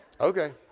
Okay